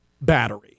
battery